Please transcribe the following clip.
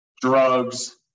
drugs